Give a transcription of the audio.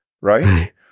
right